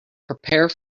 prepare